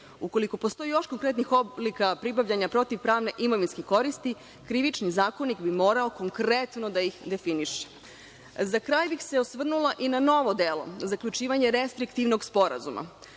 Ukoliko postoji još konkretnih oblika pribavljanja protivpravne imovinske koristi, Krivični zakonik bi morao konkretno da ih definiše.Za kraj bih se osvrnula i na novo delo – zaključivanje restriktivnog sporazuma.